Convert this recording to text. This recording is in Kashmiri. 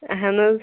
اہن حظ